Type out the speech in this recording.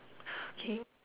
okay